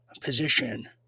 position